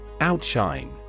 Outshine